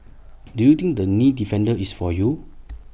do you think the knee defender is for you